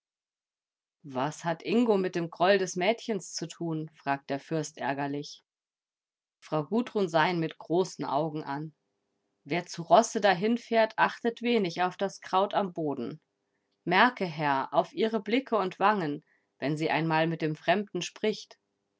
was hat ingo mit dem groll des mädchens zu tun fragte der fürst ärgerlich frau gundrun sah ihn mit großen augen an wer zu rosse dahinfährt achtet wenig auf das kraut am boden merke herr auf ihre blicke und wangen wenn sie einmal mit dem fremden spricht